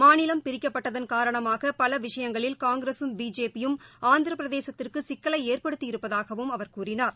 மாநிலம் பிரிக்கப்பட்டதன் காரணமாக பல விஷயங்களில் காங்கிரகம் பிஜேபியும் ஆந்திர பிரதேசத்திற்கு சிக்கலை ஏற்படுத்தியிருப்பதாகவும் அவர் கூறினார்